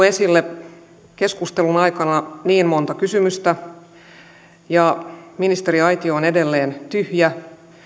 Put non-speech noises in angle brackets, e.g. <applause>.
<unintelligible> esille keskustelun aikana monta kysymystä ja ministeriaitio on edelleen tyhjä